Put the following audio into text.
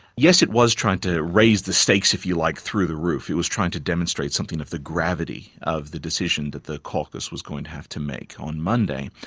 yes it was trying to raise the stakes if you like, through the roof it was trying to demonstrate something of the gravity of the decision that the caucus was going to have to make on monday,